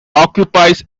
occupies